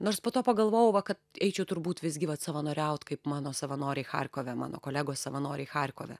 nors po to pagalvojau va kad eičiau turbūt visgi vat savanoriaut kaip mano savanoriai charkove mano kolegos savanoriai charkove